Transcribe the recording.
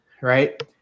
right